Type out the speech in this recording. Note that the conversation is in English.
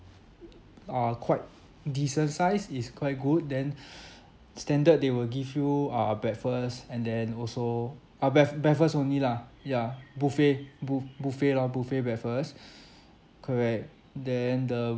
are quite decent size is quite good then standard they will give you uh breakfast and then also uh breakf~ breakfast only lah yeah buffet bu~ buffet lor buffet breakfast correct then the